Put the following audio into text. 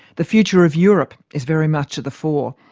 the future of europe is very much at the fore,